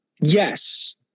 Yes